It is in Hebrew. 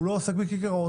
הוא לא עוסק בכיכרות,